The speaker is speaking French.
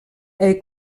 est